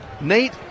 Nate